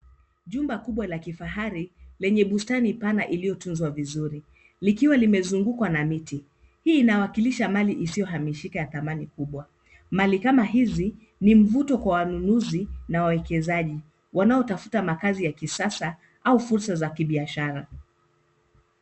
Jumba kubwa la kifahari lenye bustani pana iliyotunzwa vizuri likiwa limezungukwa na miti. Hii inawakilisha mali isiyohamishika ya thamani kubwa. Mali kama hizi ni mvuto kwa wanunuzi na waekezaji wanaotafuta makaazi ya kisasa au fursa za biashara.